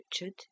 Richard